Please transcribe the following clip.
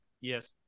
Yes